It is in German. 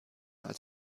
als